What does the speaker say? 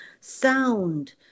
sound